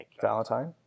Valentine